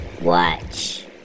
watch